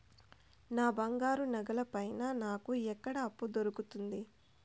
నా బంగారు నగల పైన నాకు ఎక్కడ అప్పు దొరుకుతుంది